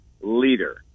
leader